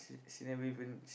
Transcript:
she never even she